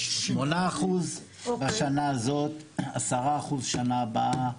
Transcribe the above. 8% בשנה הזאת, 10% שנה הבאה.